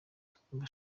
turumva